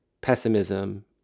pessimism